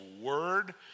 word